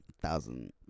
thousand